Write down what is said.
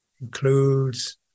includes